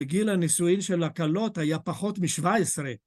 בגיל הנישואין של הכלות היה פחות משבע עשרה.